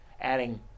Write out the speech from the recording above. adding